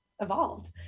evolved